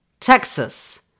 Texas